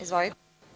Izvolite.